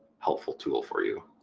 helpful tool for you.